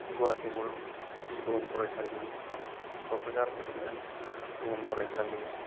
गुवाहाटी बुहुमफरायसालि कक्राझार बड'लेण्ड बुहुमफरायसालि